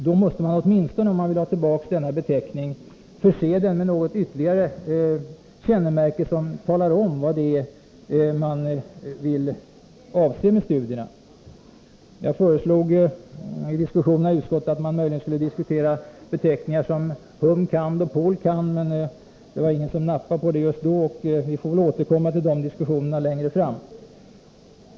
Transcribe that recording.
Då måste man, åtminstone om man vill ha tillbaka denna beteckning, förse den med något ytterligare kännemärke som talar om vad det är man avser med studierna. Jag föreslog i diskussionerna i utskottet att man möjligen skulle diskutera beteckningar som hum. kand. och pol. kand., men det var ingen som nappade på det just då. Vi får väl återkomma till de diskussionerna längre fram.